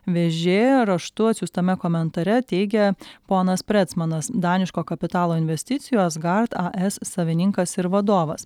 vž raštu atsiųstame komentare teigia ponas pretsmanas daniško kapitalo investicijos gart es savininkas ir vadovas